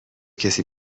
کسی